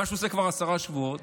מה שהוא עושה כבר עשרה שבועות.